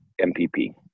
MPP